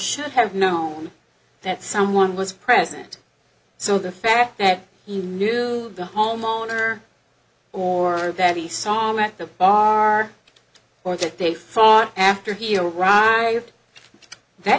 should have known that someone was present so the fact that he knew the homeowner or that he saw me at the bar or that they fought after he arrived that